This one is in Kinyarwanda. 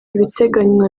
ibiteganywa